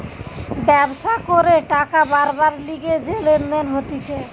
ব্যবসা করে টাকা বারবার লিগে যে লেনদেন হতিছে